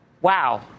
Wow